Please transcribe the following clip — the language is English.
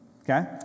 okay